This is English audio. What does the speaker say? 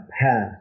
path